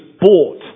bought